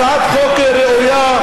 הצעת חוק ראויה,